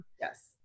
Yes